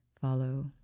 follow